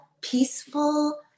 peaceful